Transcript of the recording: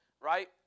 right